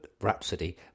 Rhapsody